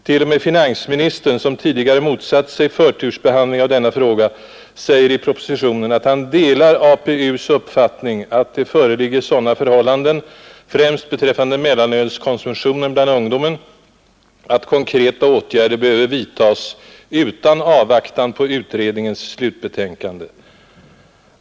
T. o. m. finansministern, som tidigare motsatte sig förtursbehandling av denna fråga, säger i propositionen att han delar ”APU:s uppfattning att det föreligger sådana förhållanden, främst beträffande mellanölskonsumtionen bland ungdomen, att konkreta åtgärder behöver vidtas utan avvaktan på utredningens slutbetänkande”.